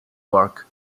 work